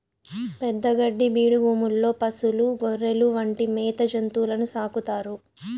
పెద్ద గడ్డి బీడు భూముల్లో పసులు, గొర్రెలు వంటి మేత జంతువులను సాకుతారు